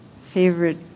favorite